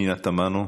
פנינה תמנו,